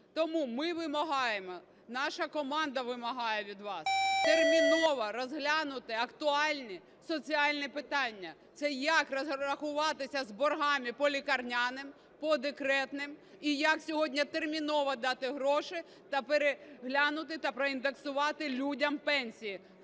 Тому ми вимагаємо, наша команда вимагає від вас терміново розглянути актуальні соціальні питання: це як розрахуватися з боргами по лікарняним, по декретним і як сьогодні терміново дати гроші та переглянути, та проіндексувати людям пенсії